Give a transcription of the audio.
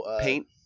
paint